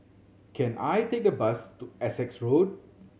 can I take a bus to Essex Road